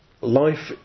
life